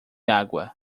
água